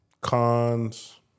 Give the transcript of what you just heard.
Cons